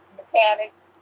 mechanics